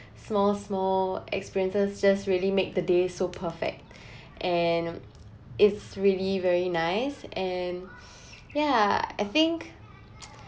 small small experiences just really make the day so perfect and it's really very nice and yeah I think